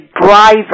driver